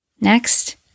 Next